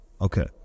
Okay